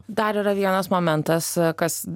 dar yra vienas momentas kas